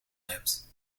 hebt